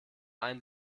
einen